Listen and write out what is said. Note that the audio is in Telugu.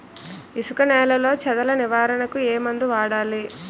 ఇసుక నేలలో చదల నివారణకు ఏ మందు వాడాలి?